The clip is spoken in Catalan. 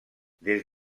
des